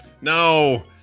No